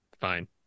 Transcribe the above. fine